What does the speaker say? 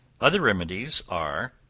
other remedies are,